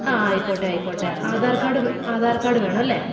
ആ ആയിക്കോട്ടെ ആയിക്കോട്ടെ ആധാർ കാർഡ് ആധാർ കാർഡ് വേണമല്ലേ